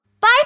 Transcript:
Bye